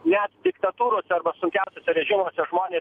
net diktatūrose arba sunkiausiuose režimuose žmonės